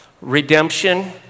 redemption